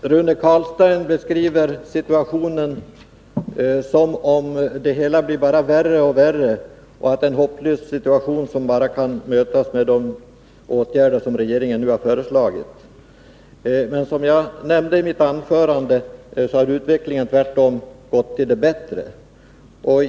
Fru talman! Rune Carlstein beskriver situationen som om det hela bara blir värre och värre och som om situationen är hopplös och bara kan mötas med de åtgärder som regeringen nu har föreslagit. Men som jag nämnde i mitt anförande, har utvecklingen tvärtom gått till det bättre.